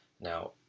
Now